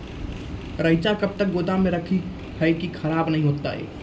रईचा कब तक गोदाम मे रखी है की खराब नहीं होता?